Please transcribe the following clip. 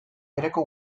bereko